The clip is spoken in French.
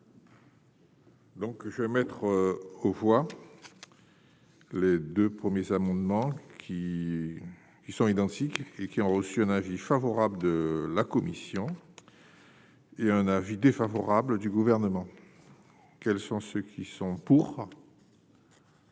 Donc, je vais mettre aux voix. Les 2 premiers amendements qui y sont identiques et qui ont reçu un avis favorable de la commission. Et un avis défavorable du Gouvernement quels sont ceux qui sont pour.